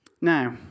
Now